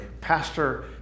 Pastor